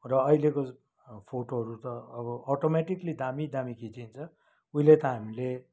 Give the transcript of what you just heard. र अहिलेको फोटोहरू त अब अटोमेटोकेली दामी दामी खिचिन्छ उहिले त हामीले